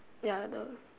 ya the